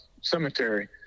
cemetery